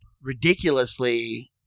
ridiculously